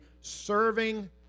serving